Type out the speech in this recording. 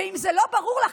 ואם זה לא ברור לך,